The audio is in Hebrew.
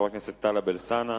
חבר הכנסת טלב אלסאנע